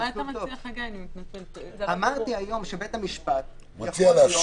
מאוד הייתי רוצה שנעשה פה משהו שהכוונות טובות ושהוא באמת